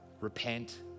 repent